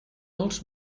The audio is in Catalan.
els